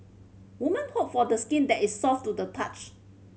woman hope for skin that is soft to the touch